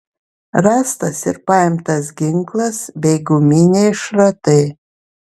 rastas ir paimtas ginklas bei guminiai šratai